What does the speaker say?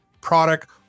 product